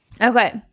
Okay